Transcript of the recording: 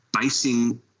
basing